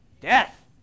death